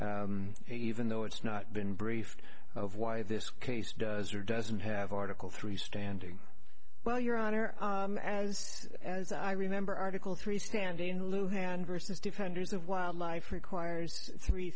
even though it's not been briefed of why this case does or doesn't have article three standing well your honor as as i remember article three standing in lieu hand versus defenders of wildlife requires three